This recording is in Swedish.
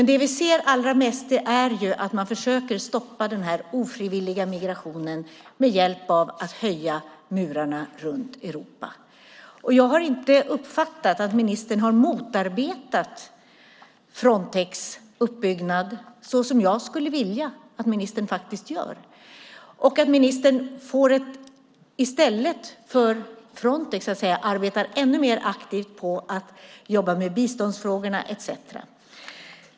Det vi ser allra mest är dock att man försöker stoppa den ofrivilliga migrationen genom att höja murarna runt Europa. Jag har inte uppfattat att ministern har motarbetat Frontex uppbyggnad så som jag skulle vilja att ministern faktiskt gör, att ministern i stället för Frontex arbetar ännu mer aktivt med biståndsfrågorna etcetera.